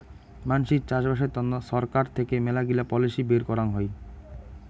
মানসির চাষবাসের তন্ন ছরকার থেকে মেলাগিলা পলিসি বের করাং হই